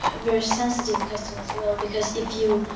very sensitive question as well, because if you